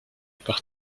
par